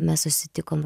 mes susitikom